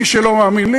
מי שלא מאמין לי,